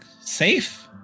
safe